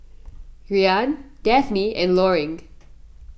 Rian Dafne and Loring